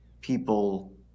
people